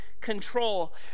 control